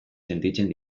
sentitzen